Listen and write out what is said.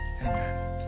Amen